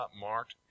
marked